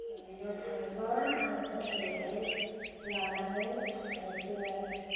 बिदिबा थाङोबा आङो ओरैहाय लानानै थांनायसै आङो